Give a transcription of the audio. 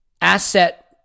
asset